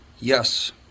Yes